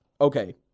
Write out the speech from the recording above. Okay